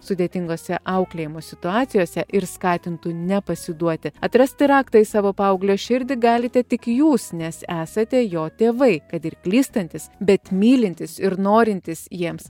sudėtingose auklėjimo situacijose ir skatintų nepasiduoti atrasti raktą į savo paauglio širdį galite tik jūs nes esate jo tėvai kad ir klystantys bet mylintys ir norintys jiems